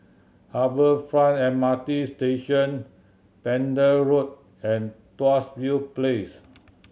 Harbour Front M R T Station Pender Road and Tuas View Place